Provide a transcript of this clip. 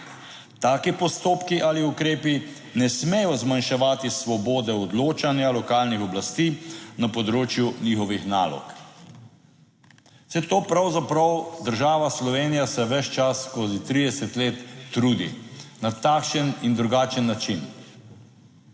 Taki postopki ali ukrepi ne smejo zmanjševati svobode odločanja lokalnih oblasti na področju njihovih nalog. Saj to pravzaprav država Slovenija se ves čas, skozi 30 let trudi na takšen in drugačen način.